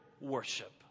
worship